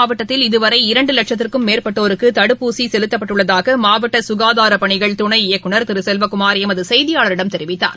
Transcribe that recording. மாவட்டத்தில் இரண்டுலட்சத்திற்கும் சேலம் இதுவரை மேற்பட்டோருக்குதடுப்பூசிசெலுத்தப்பட்டுள்ளதாகமாவட்டசுகாதாரபணிகள் துணை இயக்குநர் திருசெல்வக்குமார் எமதுசெய்தியாளரிடம் தெரிவித்தார்